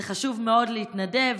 זה חשוב מאוד להתנדב,